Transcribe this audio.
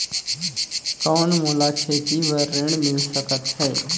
कौन मोला खेती बर ऋण मिल सकत है?